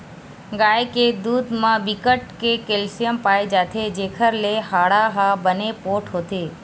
गाय के दूद म बिकट के केल्सियम पाए जाथे जेखर ले हाड़ा ह बने पोठ होथे